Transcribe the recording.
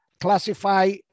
classify